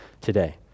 today